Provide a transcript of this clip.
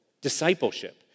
Discipleship